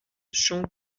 jean